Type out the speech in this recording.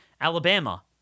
Alabama